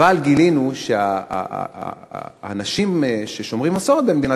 אבל גילינו שהאנשים ששומרים מסורת במדינת